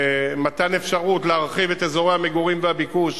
במתן אפשרות להרחיב את אזורי המגורים והביקוש,